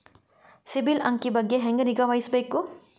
ಸಿಬಿಲ್ ಅಂಕಿ ಬಗ್ಗೆ ಹೆಂಗ್ ನಿಗಾವಹಿಸಬೇಕು?